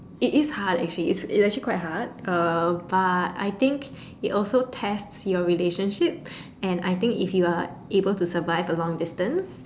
it is hard actually it's it is actually quite hard uh but I think it also test your relationship and I think if you are able to survive a long distance